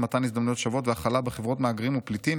מתן הזדמנויות שוות והכלה בחברות מהגרים ופליטים,